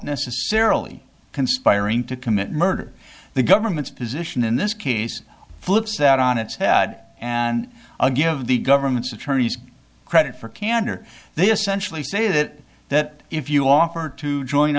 necessarily conspiring to commit murder the government's position in this case flips that on its head and i'll give the government's attorneys credit for candor they essentially say that that if you offer to join